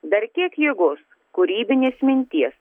dar kiek jėgos kūrybinės minties